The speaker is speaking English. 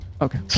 Okay